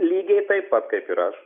lygiai taip pat kaip ir aš